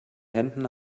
händen